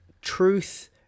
truth